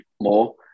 more